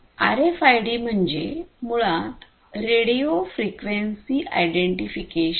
RFID म्हणजे मुळात radio frequency identification